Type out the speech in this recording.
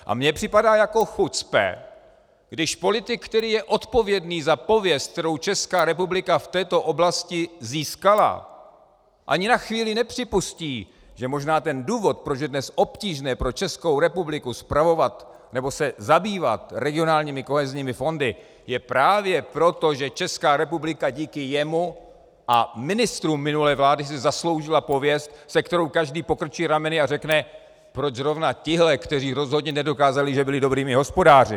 A mně připadá jako chucpe, když politik, který je odpovědný za pověst, kterou Česká republika v této oblasti získala, ani na chvíli nepřipustí, že možná ten důvod, proč je dnes obtížné pro Českou republiku spravovat nebo se zabývat regionálními kohezními fondy, je právě proto, že Česká republika díky jemu a ministrům minulé vlády si zasloužila pověst, nad kterou každý pokrčí rameny a řekne: proč zrovna tihle, kteří rozhodně nedokázali, že byli dobrými hospodáři.